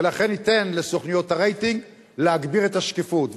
ולכן ניתן לסוכנויות הרייטינג להגביר את השקיפות.